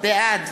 בעד